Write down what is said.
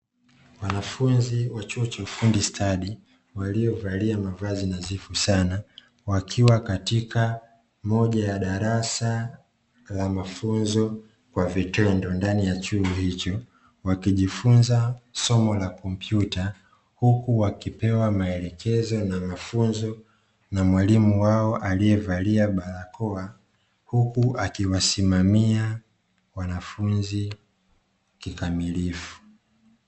Wanafunzi wa chuo cha ufundi stadi waliovalia mavazi nadhifu sana, wakiwa katika moja ya darasa la mafunzo kwa vitendo ndani ya chuo hicho. Wakijifunza somo la kompyuta huku wakipewa maelekezo na mafunzo na mwalimu wao aliyevalia barakoa, huku akiwasimamia wanafunzi kikamilifu.